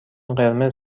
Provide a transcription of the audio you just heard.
قرمز